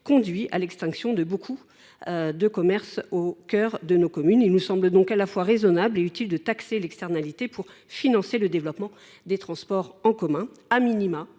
conduit à l’extinction de beaucoup de commerces au cœur de nos communes. Il nous semble donc à la fois raisonnable et utile de taxer lesdites externalités pour financer le développement des transports en commun. Au minimum,